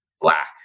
black